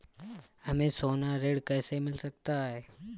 हमें सोना ऋण कैसे मिल सकता है?